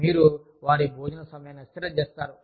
కాబట్టి మీరు వారి భోజన సమయాన్ని అస్థిరం చేస్తారు